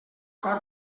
cor